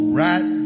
right